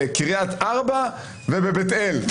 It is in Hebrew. בקרית ארבע ובבית אל.